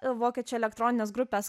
vokiečių elektroninės grupės